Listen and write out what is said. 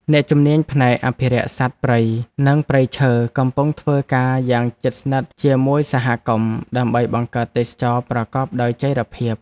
អ្នកជំនាញផ្នែកអភិរក្សសត្វព្រៃនិងព្រៃឈើកំពុងធ្វើការយ៉ាងជិតស្និទ្ធជាមួយសហគមន៍ ដើម្បីបង្កើតទេសចរណ៍ប្រកបដោយចីរភាព។